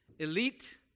Elite